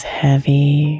heavy